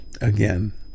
Again